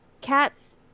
cats